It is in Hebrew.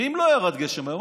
ואם לא ירד גשם היום,